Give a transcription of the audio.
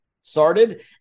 started